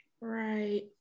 Right